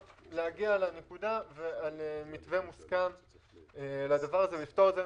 להגיע לנקודה על מתווה מוסכם לדבר הזה ולפתור את זה.